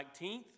19th